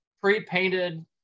pre-painted